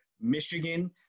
Michigan